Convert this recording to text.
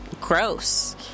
gross